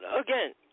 again